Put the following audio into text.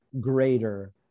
greater